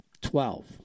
Twelve